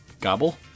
Gobble